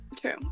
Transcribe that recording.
True